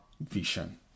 vision